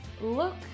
look